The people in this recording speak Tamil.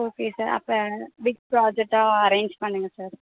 ஓகே சார் அப்போ பிக் ப்ராஜெக்டாக அரேஞ்ச் பண்ணுங்க சார்